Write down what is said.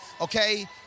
okay